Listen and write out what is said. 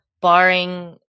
barring